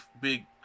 big